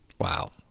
wow